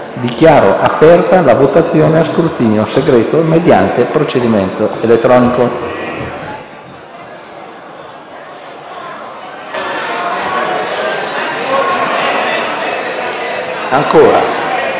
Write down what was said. Dichiaro aperta la votazione a scrutinio segreto, mediante procedimento elettronico, sulle